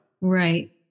Right